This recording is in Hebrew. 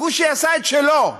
הכושי עשה את שלו,